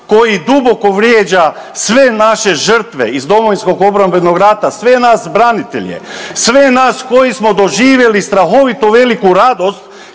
koji duboko vrijeđa sve naše žrtve iz Domovinskog obrambenog rata, sve nas branitelje, sve nas koji smo doživjeli strahovito veliku radost